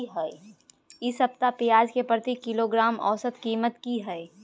इ सप्ताह पियाज के प्रति किलोग्राम औसत कीमत की हय?